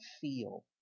feel